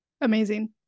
Amazing